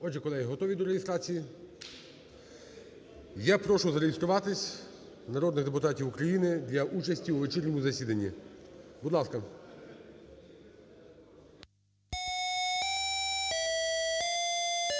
Отже, колеги, готові до реєстрації? Я прошу зареєструватися народних депутатів України для участі у вечірньому засіданні. Будь ласка.